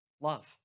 love